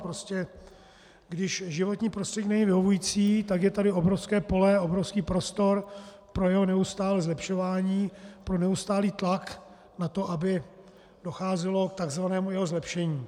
Prostě když životní prostředí není vyhovující, je tady obrovské pole, obrovský prostor pro jeho neustálé zlepšování, pro neustálý tlak na to, aby docházelo k tzv. jeho zlepšení.